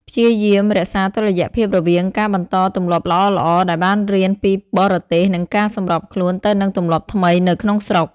ព្យាយាមរក្សាតុល្យភាពរវាងការបន្តទម្លាប់ល្អៗដែលបានរៀនពីបរទេស និងការសម្របខ្លួនទៅនឹងទម្លាប់ថ្មីនៅក្នុងស្រុក។